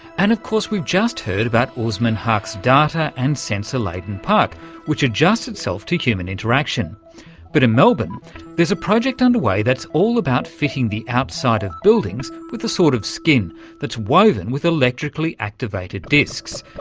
and of course we've just heard about usman haque's data and sensor-laden park which adjusts itself to human interaction but in melbourne there's a project underway that's all about fitting the outside of buildings with a sort of skin that's woven with electrically activated discs,